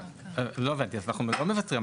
לא הבנתי, אז אנחנו לא מוותרים.